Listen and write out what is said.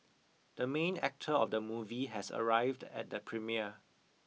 the main actor of the movie has arrived at the premiere